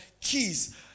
keys